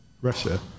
Russia